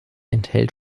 enthält